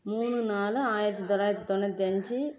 மூணு நாலு ஆயிரத்தி தொள்ளாயிரத்தி தொண்ணூற்றி அஞ்சு